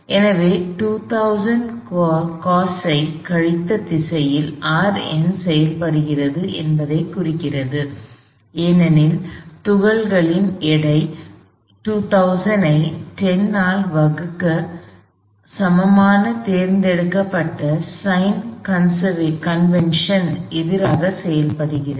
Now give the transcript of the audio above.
எனவே 2000 கோசைனைக் கழித்த திசையில் Rn செயல்படுகிறது என்பதை குறிக்கிறது ஏனெனில் துகள்களின் எடை 2000 ஐ 10 ஆல் வகுக்க சமமான தேர்ந்தெடுக்கப்பட்ட சைன் கன்வென்ஷனுக்கு எதிராக செயல்படுகிறது